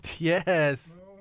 Yes